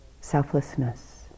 selflessness